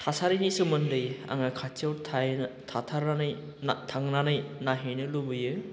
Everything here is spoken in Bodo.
थासारिनि सोमोन्दै आङा खाथियाव थायै थाथारनानै ना थांनानै नायहैनो लुबैयो